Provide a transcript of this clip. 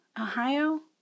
Ohio